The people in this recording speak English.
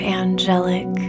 angelic